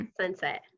Sunset